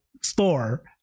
store